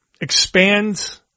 expand